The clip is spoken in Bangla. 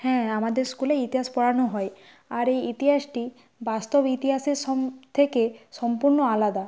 হ্যাঁ আমাদের স্কুলে ইতিহাস পড়ানো হয় আর এই ইতিহাসটি বাস্তব ইতিহাসের থেকে সম্পূর্ণ আলাদা